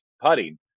putting